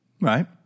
Right